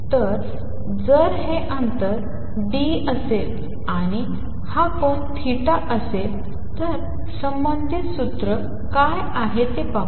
तर जर हे अंतर d असेल आणि हा कोन असेल तर संबंधित सूत्र काय आहे ते पाहू